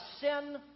sin